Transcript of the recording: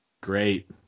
great